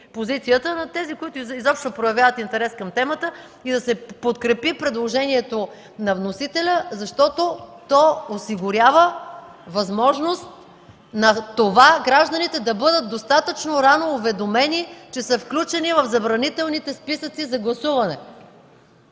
от тези, които изобщо проявяват интерес към темата, и да се подкрепи предложението на вносителя, защото то осигурява възможност за това гражданите да бъдат достатъчно рано уведомени, че са включени в забранителните списъци за гласуване.